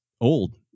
old